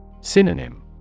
Synonym